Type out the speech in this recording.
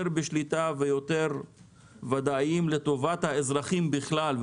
בשליטה ויותר ודאיים לטובת האזרחים בכלל,